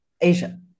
Asia